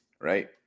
right